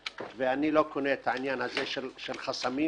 אני כבוגר בית ספר טכנולוגי אומר לכם שלא קרה לי שום דבר.